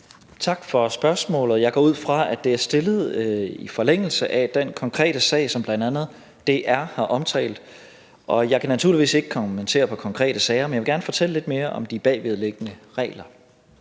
Tak for spørgsmålet. Jeg går ud fra, at det er stillet i forlængelse af den konkrete sag, som bl.a. DR har omtalt. Jeg kan naturligvis ikke kommentere konkrete sager, men jeg vil gerne fortælle lidt mere om de bagvedliggende regler.